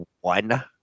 one